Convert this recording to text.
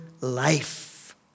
life